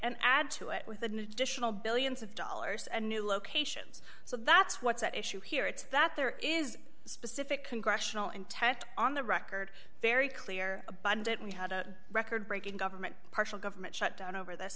and add to it with an additional billions of dollars and new locations so that's what's at issue here it's that there is a specific congressional intent on the record very clear abundant we had a record breaking a partial government shutdown over th